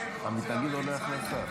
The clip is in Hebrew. והקבר של רבי אבוחצירא במצרים,